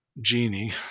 genie